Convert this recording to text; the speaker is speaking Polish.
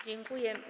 Dziękuję.